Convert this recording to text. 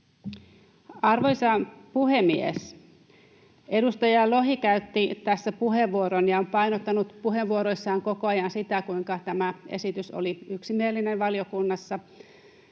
Arvoisa puhemies! Edustaja Lohi käytti tässä puheenvuoron ja on painottanut puheenvuoroissaan koko ajan sitä, kuinka tämä esitys oli yksimielinen valiokunnassa,